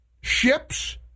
ships